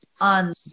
on